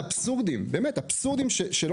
אותה רשות שמגיעה למצבים אבסורדיים שלא